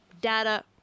data